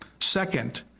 Second